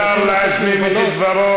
תנו לשר להשלים את דבריו.